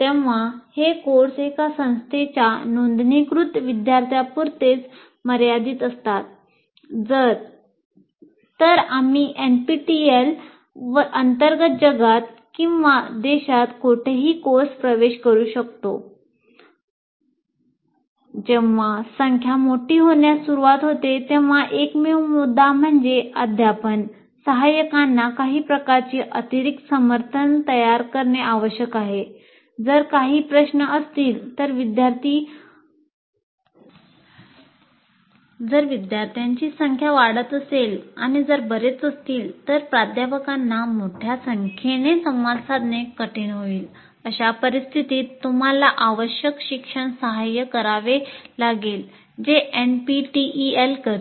तेव्हा हे कोर्स एका संस्थेच्या नोंदणीकृत विद्यार्थ्यांपुरतेच मर्यादित असतात तर आम्ही एनपीटीईएल करते